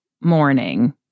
morning